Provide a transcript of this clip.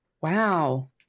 Wow